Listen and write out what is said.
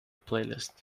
playlist